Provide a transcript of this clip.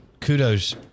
kudos